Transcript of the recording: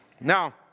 Now